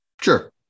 Sure